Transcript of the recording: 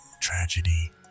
tragedy